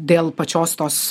dėl pačios tos